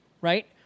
Right